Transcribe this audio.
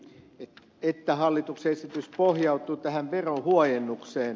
viitanen teki että hallituksen esitys pohjautuu tähän veronhuojennukseen